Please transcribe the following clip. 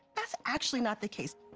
that's actually not the case.